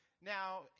Now